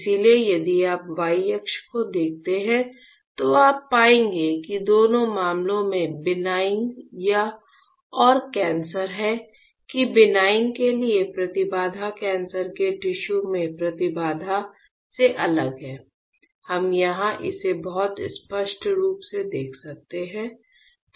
इसलिए यदि आप y अक्ष को देखते हैं तो आप पाएंगे कि दोनों मामलों में बिनाइन और कैंसर है कि बिनाइन के लिए प्रतिबाधा कैंसर के टिश्यू के प्रतिबाधा से अलग है हम यहाँ इसे बहुत स्पष्ट रूप से देख सकते हैं